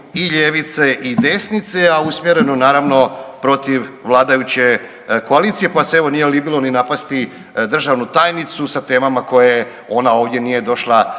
i ljevice i desnice, a usmjerenu naravno protiv vladajuće koalicije, pa se evo nije libilo ni napasti državnu tajnicu sa temama koje ona ovdje nije došla